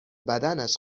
بدنش